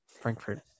Frankfurt